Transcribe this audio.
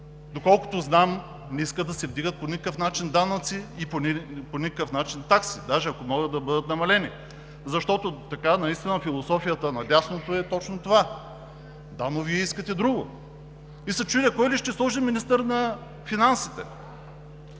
доколкото знам, не искат да се вдигат по никакъв начин данъците и таксите, дори ако може да бъдат намалени – защото наистина философията на дясното е точно това. Да, но Вие искате друго. И се чудя кого ли ще сложи министър на финансите?